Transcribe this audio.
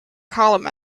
column